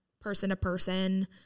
person-to-person